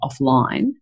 offline